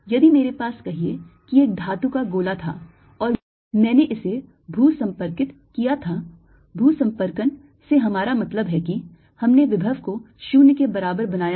यदि मेरे पास कहिये कि एक धातु का गोला था और मैंने इसे भूसम्पर्कित किया था भूसम्पर्कन से हमारा मतलब है कि हमने विभव को 0 के बराबर बनाया है